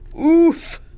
Oof